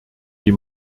die